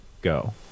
go